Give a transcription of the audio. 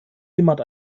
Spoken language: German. jemand